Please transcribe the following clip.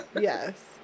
Yes